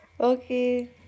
Okay